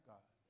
God